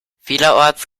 vielerorts